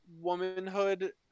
womanhood